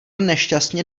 nešťastně